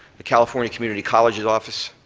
the california community colleges office,